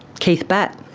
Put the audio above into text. keith batt.